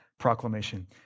proclamation